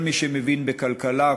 כל מי שמבין בכלכלה,